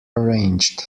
arranged